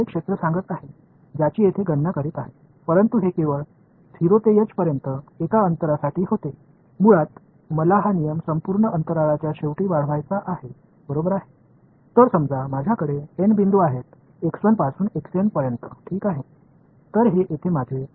எனவே இது மற்றும் இங்கே என் செயல்பாடு மேலும் இந்த தோராயமானது என்ன செய்கிறது இது போன்ற ஒரு நேர் கோட்டை வைத்து இங்குள்ள பரப்பளவை உங்களுக்குச் சொல்கிறது அதுதான் இங்கே கணக்கிடப்படுகிறது